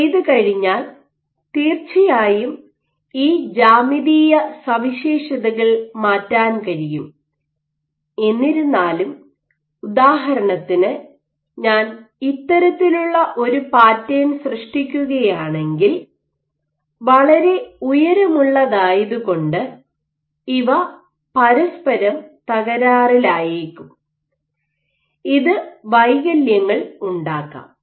ഇത് ചെയ്തുകഴിഞ്ഞാൽ തീർച്ചയായും ഈ ജ്യാമിതീയ സവിശേഷതകൾ മാറ്റാൻ കഴിയും എന്നിരുന്നാലും ഉദാഹരണത്തിന് ഞാൻ ഇത്തരത്തിലുള്ള ഒരു പാറ്റേൺ സൃഷ്ടിക്കുകയാണെങ്കിൽ വളരെ ഉയരമുള്ളതായതുകൊണ്ട് ഇവ പരസ്പരം തകരാറിലായേക്കും ഇത് വൈകല്യങ്ങൾ ഉണ്ടാക്കാം